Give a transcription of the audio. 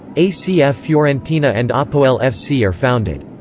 acf fiorentina and apoel fc are founded.